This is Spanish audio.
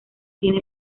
tiene